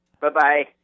Bye-bye